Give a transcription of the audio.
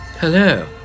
hello